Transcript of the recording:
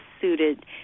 suited